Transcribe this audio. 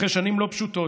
אחרי שנים לא פשוטות,